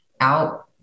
out